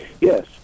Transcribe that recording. Yes